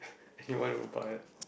you want rebuy it